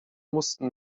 mussten